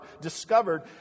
discovered